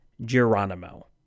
Geronimo